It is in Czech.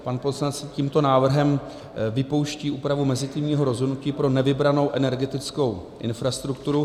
Pan poslanec tímto návrhem vypouští úpravu mezitímního rozhodnutí pro nevybranou energetickou infrastrukturu.